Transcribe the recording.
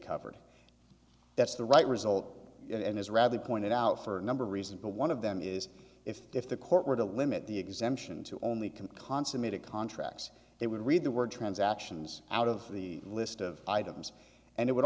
covered that's the right result and is rather pointed out for a number of reasons but one of them is if if the court were to limit the exemption to only can consummated contracts they would read the word transactions out of the list of items and it would